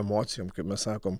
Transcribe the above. emocijom kaip mes sakom